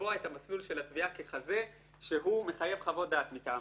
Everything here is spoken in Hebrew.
ולקבוע את המסלול של התביעה ככזה שמחייב חוות דעת מטעם